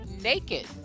naked